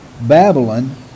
Babylon